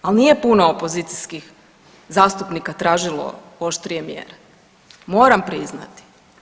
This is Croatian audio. Ali nije puno opozicijskih zastupnika tražilo oštrije mjere, moram priznati.